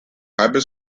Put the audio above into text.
hybrid